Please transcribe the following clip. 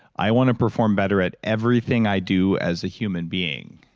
i want to perform better at everything i do as a human being,